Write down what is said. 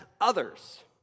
others